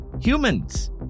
humans